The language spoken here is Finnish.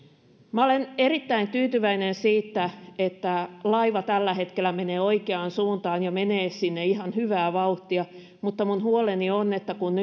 minä olen erittäin tyytyväinen siitä että laiva tällä hetkellä menee oikeaan suuntaan ja menee sinne ihan hyvää vauhtia mutta minun huoleni on että kun